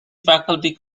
faculty